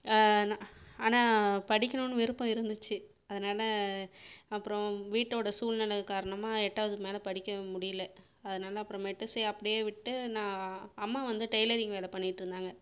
ஆனால் படிக்கணும்ன்னு விருப்பம் இருந்துச்சு அதனால் அப்புறம் வீட்டோட சூழ்நிலை காரணமாக எட்டாவதுக்கு மேலே படிக்க முடியலை அதனால் அப்புறமேட்டு சரி அப்படியே விட்டு நான் அம்மா வந்து டைலரிங் வேலை பண்ணிகிட்டு இருந்தாங்க